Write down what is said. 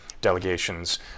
delegations